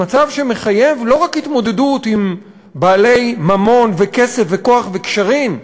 במצב שמחייב לא רק התמודדות עם בעלי ממון וכסף וכוח וקשרים,